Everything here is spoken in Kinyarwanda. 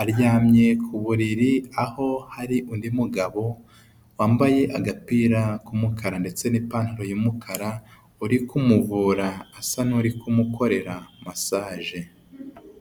aryamye ku buriri aho hari undi mugabo wambaye agapira k'umukara ndetse n'ipantaro y'umukara uri kumuvura asa n'uri kumukorera massage.